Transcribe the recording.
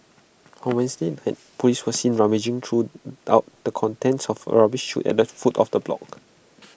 on Wednesday night Police were seen rummaging through the contents of A rubbish chute at the foot of the block